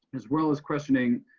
as well as questioning.